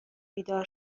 بیدار